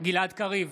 גלעד קריב,